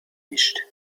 mischt